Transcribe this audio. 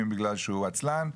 אם בגלל שהוא עצלן,